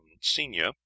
senior